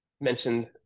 mentioned